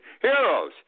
heroes